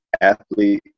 Athlete